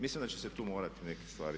Mislim da će se tu morati neke stvari.